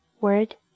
Word